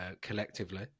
collectively